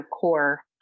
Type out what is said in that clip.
core